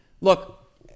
Look